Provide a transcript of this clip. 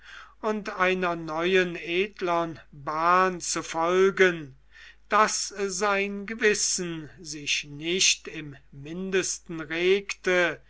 und einer neuen edlern bahn zu folgen daß sein gewissen sich nicht im mindesten regte